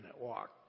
walk